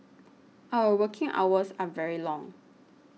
our working hours are very long